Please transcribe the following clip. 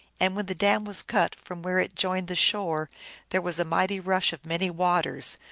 and when the dam was cut from where it joined the shore there was a mighty rush of many waters,